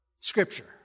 Scripture